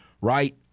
right